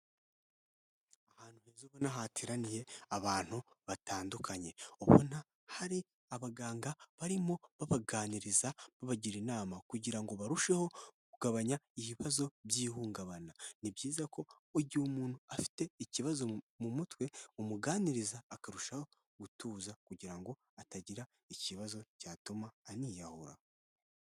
Ahantu heza ubona hateraniye abantu batandukanye ubona hari abaganga barimo babaganiriza babagira inama kugira ngo barusheho kugabanya ibibazo by’ihungabana, ni byiza ko igihe umuntu afite ikibazo mu mutwe, umuganiriza akarushaho gutuza kugira ngo atagira ikibazo cyatuma aniyahura.